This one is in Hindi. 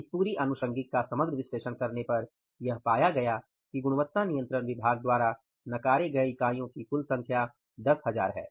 इस पूरी आनुषंगीक का समग्र विश्लेषण करने पर यह पाया गया कि गुणवत्ता नियंत्रण विभाग द्वारा नकारे गए इकाईयों की कुल संख्या 10000 हैं